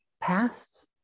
past